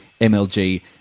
MLG